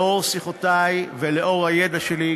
לאור שיחותי ולאור הידע שלי,